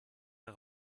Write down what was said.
der